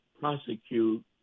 prosecute